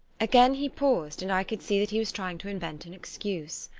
again he paused, and i could see that he was trying to invent an excuse.